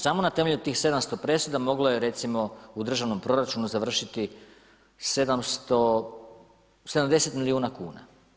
Samo na temelju tih 700 presuda moglo je recimo u državnom proračunu završiti 700, 70 milijuna kuna.